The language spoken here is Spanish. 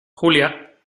julia